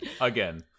again